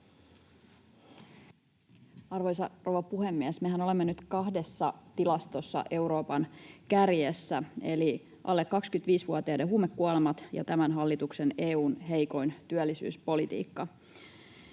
Arvoisa rouva puhemies! Mehän olemme nyt kahdessa tilastossa Euroopan kärjessä eli alle 25-vuotiaiden huumekuolemat ja tämän hallituksen EU:n heikoin työllisyyspolitiikka.